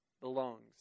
belongs